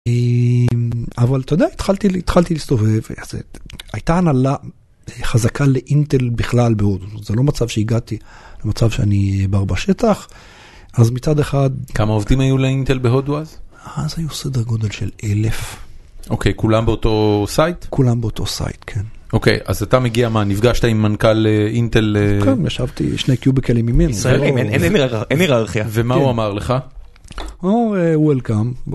אבל אתה יודע, התחלתי להסתובב, הייתה הנהלה חזקה לאינטל בכלל בהודו, זה לא מצב שהגעתי למצב שאני בר בשטח. אז מצד אחד... כמה עובדים היו לאינטל בהודו אז? אז היו סדר גודל של אלף. אוקיי, כולם באותו סייט? כולם באותו סייט, כן. אוקיי, אז אתה מגיע מה, נפגשת עם מנכל אינטל? כן, ישבתי שני קיוביקלים ממנו. אין היררכיה. ומה הוא אמר לך? הוא אמר, Welcome.